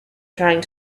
trying